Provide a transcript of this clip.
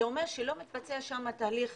זה אומר שלא מתבצע שם תהליך